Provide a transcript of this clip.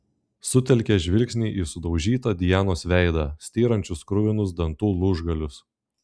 sutelkė žvilgsnį į sudaužytą dianos veidą styrančius kruvinus dantų lūžgalius